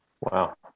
Wow